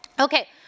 Okay